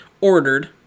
ordered